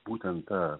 būtent ta